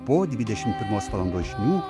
po dvidešim pirmos valandos žinių